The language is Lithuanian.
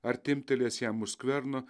ar timtelėjęs jam už skverno